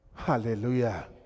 Hallelujah